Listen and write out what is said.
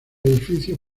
edificio